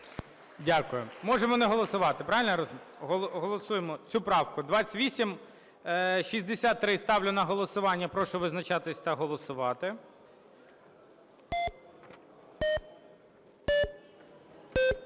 Дякую. Можемо не голосувати, правильно я розумію? Голосуємо цю правку? 2863 ставлю на голосування. Прошу визначатись та голосувати.